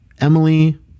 Emily